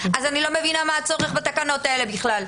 אז אני לא מבינה מה הצורך בתקנות האלה בכלל.